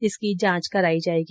इसकी जांच कराई जायेगी